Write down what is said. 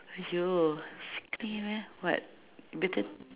!aiyo! eh what bitte~